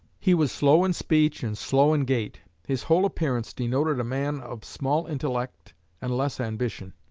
he was slow in speech and slow in gait. his whole appearance denoted a man of small intellect and less ambition.